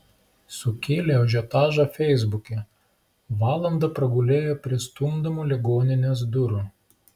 sukėlė ažiotažą feisbuke valandą pragulėjo prie stumdomų ligoninės durų